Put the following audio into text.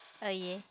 oh ya